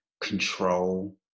control